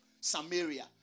Samaria